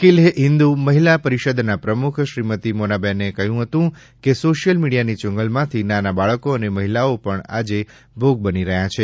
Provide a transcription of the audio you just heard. અખિલ હિન્દ મહિલા પરિષદના પ્રમૂખ શ્રીમતી મોનાબહેને કહ્યું હતું કે સોશિયલ મીડિયાની ચુંગાલમાંથી નાના બાળકો અને મહિલાઓ પણ આજે ભોગ બની છે